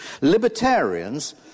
Libertarians